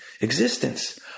Existence